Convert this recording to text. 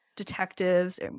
detectives